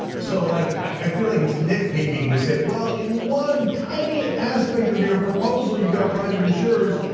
so like i feel like it's nitpicking to say, well, in one tiny aspect of your proposal, you've got private insurers,